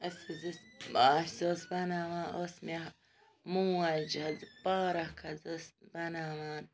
اَسہِ حظ ٲسۍ اَسہِ ٲس بَناوان ٲس مےٚ موج حظ پارک حظ ٲس بَناوان